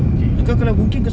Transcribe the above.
okay